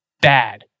bad